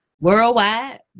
worldwide